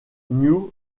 new